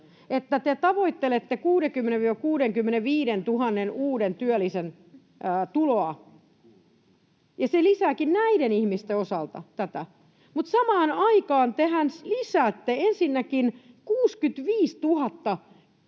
että te tavoittelette 60 000—65 000 uuden työllisen tuloa, ja se lisääkin tätä näiden ihmisten osalta, mutta tehän samaan aikaan lisäätte ensinnäkin 65 000